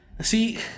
see